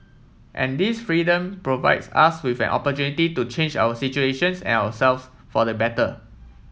and this freedom provides us with an opportunity to change our situations and ourselves for the better